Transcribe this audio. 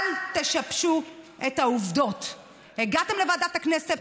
אתם הצבעתם בוועדת הכנסת.